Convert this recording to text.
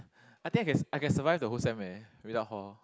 I think I can I can survive the whole sem eh without hall